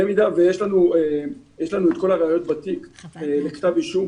במידה ויש לנו את כל הראיות בתיק להגשת כתב אישום